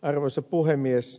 arvoisa puhemies